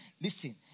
Listen